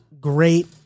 great